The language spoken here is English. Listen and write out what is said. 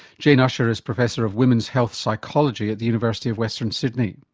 jane ussher is professor of women's health psychology at the university of western sydney.